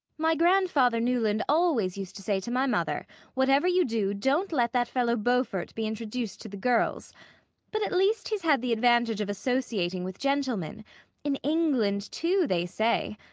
my grandfather newland always used to say to my mother whatever you do, don't let that fellow beaufort be introduced to the girls but at least he's had the advantage of associating with gentlemen in england too, they say.